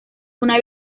una